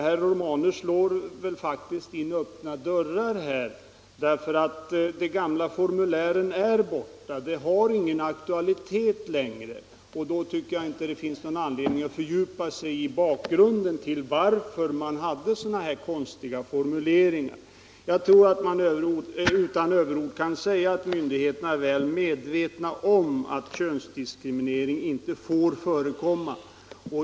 Herr Romanus slår faktiskt in öppna dörrar, eftersom de gamla formulären är borta. De har inte längre någon aktualitet. Med tanke på detta tycker jag inte heller att det finns någon anledning att fördjupa sig i bakgrunden till att det fanns sådana konstiga formuleringar som påtalats. Jag tror att man utan överord kan påstå att myndigheterna är väl medvetna om att könsdiskriminering inte får förekomma.